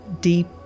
deep